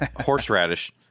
horseradish